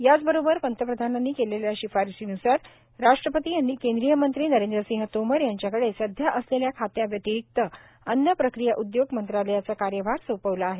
याचबरोबर पंतप्रधानांनी केलेल्या शिफारसीन्सार राष्ट्रपती यांनी केंद्रीय मंत्री नरेंद्र सिंह तोमर यांच्याकडे सध्या असलेल्या खात्या व्यतिरिक्त अन्न प्रक्रिया उद्योग मंत्रालयाचा कार्यभार सोपविला आहे